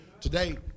Today